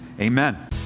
amen